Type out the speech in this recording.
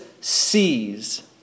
sees